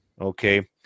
Okay